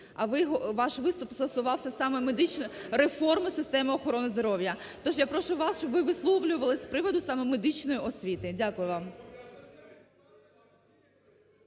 а ваш виступ стосувався саме медичної реформи системи охорони здоров'я. Тож я прошу вас, щоб ви висловлювались саме з приводу медичної освіти. Дякую вам.